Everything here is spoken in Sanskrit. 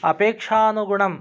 अपेक्षानुगुणम्